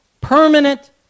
permanent